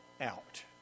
out